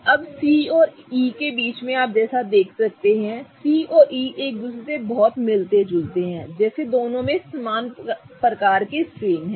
अब C और E के बीच जैसा कि आप देख सकते हैं कि C और E एक दूसरे से बहुत मिलते जुलते हैं जैसे दोनों में समान प्रकार के स्ट्रेन हैं